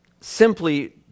simply